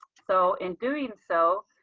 so, in doing so,